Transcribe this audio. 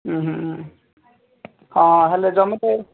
ଉଁ ହୁଁ ହ ହେଲେ ଜମି କାଇଁ